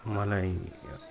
मलाई